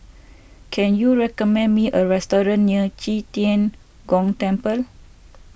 can you recommend me a restaurant near Qi Tian Gong Temple